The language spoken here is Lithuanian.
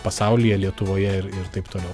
pasaulyje lietuvoje ir ir taip toliau